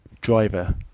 Driver